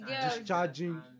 discharging